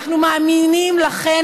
אנחנו מאמינים לכן,